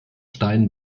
stein